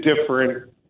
different